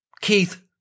Keith